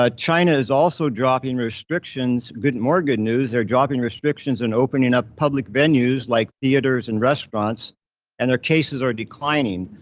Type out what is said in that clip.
ah china is also dropping restrictions. and more good news, they're dropping restrictions and opening up public venues like theaters and restaurants and their cases are declining.